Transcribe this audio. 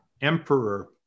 emperor